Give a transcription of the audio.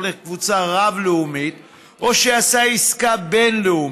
לקבוצה רב-לאומית או שעשה עסקה בין-לאומית,